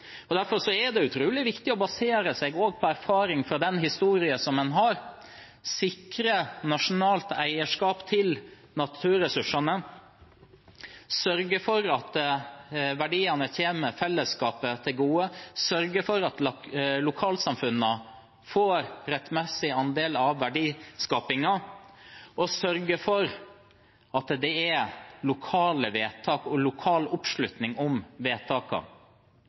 for. Derfor er det utrolig viktig å basere seg på erfaringene fra den historien en har, og sikre nasjonalt eierskap til naturressursene. En må sørge for at verdiene kommer fellesskapet til gode, sørge for at lokalsamfunnene får sin rettmessige andel av verdiskapingen, og sørge for at det er lokale vedtak og lokal oppslutning om